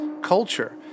culture